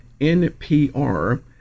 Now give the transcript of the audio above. NPR